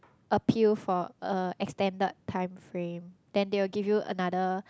appeal for a extended time frame then they will give you another